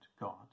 God